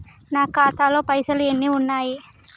నా ఖాతాలో పైసలు ఎన్ని ఉన్నాయి?